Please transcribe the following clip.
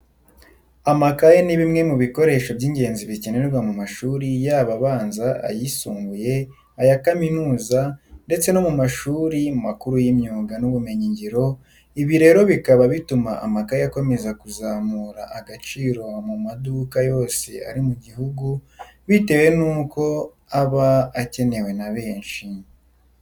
Amakayi ni kimwe mu bikoresho by'ingenzi bikenerwa mu mashuri yaba abanza, ayisumbuye, aya kaminuza ndetse no mu mashuri makuru y'imyuga n'ubumenyingiro, ibi rero bikaba bituma amakayi akomeza kuzamura agaciro mu maduka yose ari mu gihugu bitewe n'uko aba akenewe na benshi.